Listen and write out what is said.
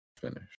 finish